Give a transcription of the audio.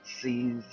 sees